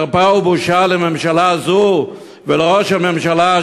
חרפה ובושה לממשלה זו ולראש הממשלה,